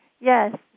Yes